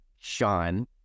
Sean